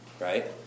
right